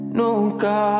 nunca